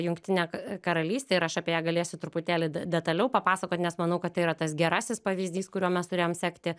jungtinę k karalystę ir aš apie ją galėsiu truputėlį de detaliau papasakot nes manau kad tai yra tas gerasis pavyzdys kuriuo mes turėjom sekti